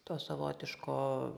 to savotiško